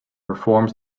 reforms